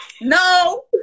No